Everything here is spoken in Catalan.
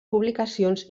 publicacions